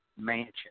mansion